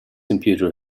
computer